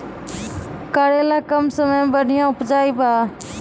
करेला कम समय मे बढ़िया उपजाई बा?